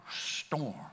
storm